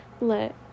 let